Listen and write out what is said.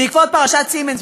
בעקבות פרשת "סימנס",